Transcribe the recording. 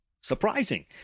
Surprising